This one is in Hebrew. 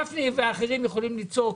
גפני ואחרים יכולים לצעוק,